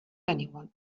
anyone